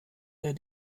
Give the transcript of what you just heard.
der